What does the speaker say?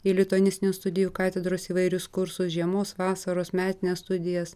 į lituanistinių studijų katedros įvairius kursus žiemos vasaros metines studijas